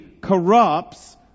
corrupts